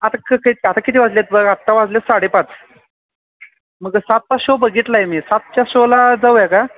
आता क आता किती वाजले आहेत बघ आत्ता वाजले साडेपाच मग सातचा बघितला आहे मी सातच्या शोला जाऊया का